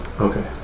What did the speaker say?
Okay